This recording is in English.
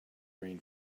grain